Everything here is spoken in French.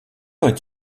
heure